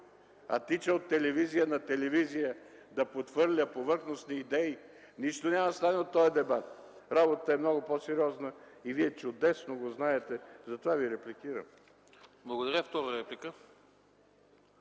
а тича от телевизия на телевизия да подхвърля повърхностни идеи, нищо няма да стане от този дебат. Работата е много по-сериозна и Вие чудесно го знаете, затова Ви репликирам. ПРЕДСЕДАТЕЛ АНАСТАС